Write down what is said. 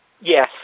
yes